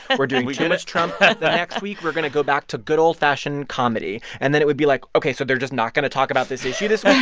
we're doing too much trump. the next week, we're going to go back to good old-fashioned comedy. and then it would be like, ok, so they're just not going to talk about this issue this week?